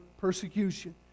persecution